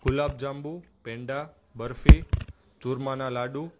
ગુલાબ જાંબુ પેંડા બરફી ચૂરમાના લાડુ